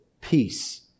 peace